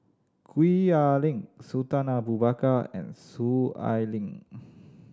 Gwee Ah Leng Sultan Abu Bakar and Soon Ai Ling